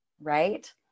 right